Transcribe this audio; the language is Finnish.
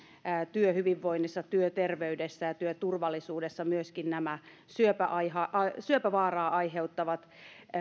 työhyvinvoinnissa työterveydessä ja työturvallisuudessa myöskin nämä syöpävaaraa aiheuttavat